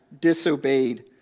disobeyed